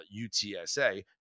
UTSA